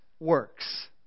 works